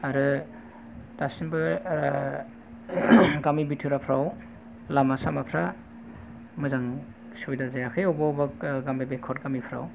आरो दासिमबो गामि बिथोरफ्राव लामा सामाफ्रा मोजां सुबिदा जायाखै बबेबा बबेबा गामि बेकवार्द गामिफ्राव